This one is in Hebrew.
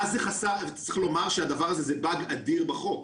צריך לומר שהדבר הזה זה באג אדיר בחוק.